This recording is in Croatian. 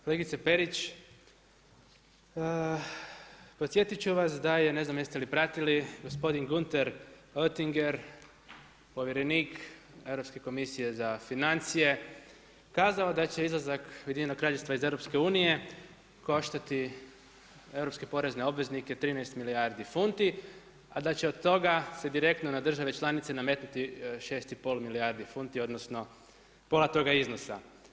Kolegice Perić, podsjetit ću vas da je ne znam jeste li pratili gospodin Günther Oettinger povjerenik Europske komisije za financije kazao da će izlazak Ujedinjenog Kraljevstva iz EU koštati europske porezne obveznike 13 milijardi funti, a da će od toga se direktno na države članice nametnuti 6 i pol milijardi funti, odnosno pola toga iznosa.